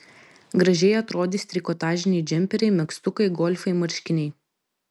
gražiai atrodys trikotažiniai džemperiai megztukai golfai marškiniai